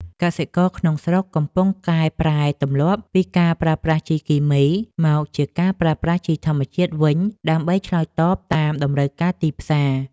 កសិករក្នុងស្រុកកំពុងកែប្រែទម្លាប់ពីការប្រើប្រាស់ជីគីមីមកជាការប្រើប្រាស់ជីធម្មជាតិវិញ ដើម្បីឆ្លើយតបតាមតម្រូវការទីផ្សារ។